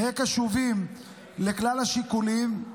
נהיה קשובים לכלל השיקולים.